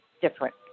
different